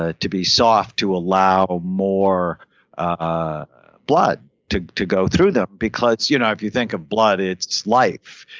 ah to be soft to allow more ah blood to to go through them because you know if you think of blood it's life.